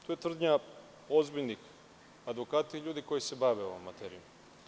To je tvrdnja ozbiljnih advokata i ljudi koji se bave ovom materijom.